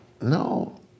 no